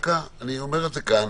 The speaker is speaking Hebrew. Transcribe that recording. אני אומר את זה כאן.